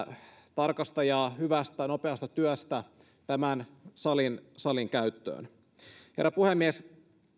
tarkasta hyvästä ja nopeasta työstä tämän salin salin käyttöön herra puhemies